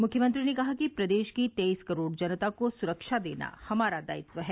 मुख्यमंत्री ने कहा कि प्रदेश की तेईस करोड़ जनता को सुरक्षा देना हमारा दायित्व है